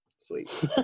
sweet